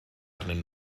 arnyn